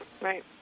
right